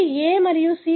కాబట్టి A మరియు C